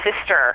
sister